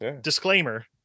Disclaimer